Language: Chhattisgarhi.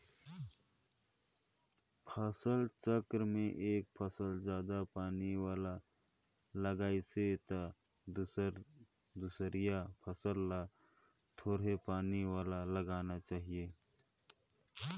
फसल चक्र में एक फसल जादा पानी वाला लगाइसे त दूसरइया फसल ल थोरहें पानी वाला लगाना चाही